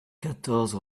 quatorze